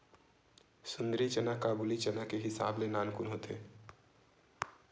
सुंदरी चना काबुली चना के हिसाब ले नानकुन होथे